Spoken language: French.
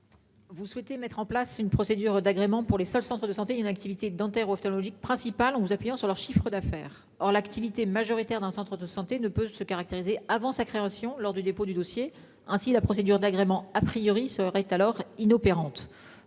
Vous souhaitez mettre en place une procédure d'agrément pour les seuls centres de santé une activité dentaires ou ophtalmologiques principal en vous appuyant sur leur chiffre d'affaires. Or l'activité majoritaire dans le centre de santé ne peut se caractériser avant sa création. Lors du dépôt du dossier ainsi la procédure d'agrément. A priori, serait alors inopérante.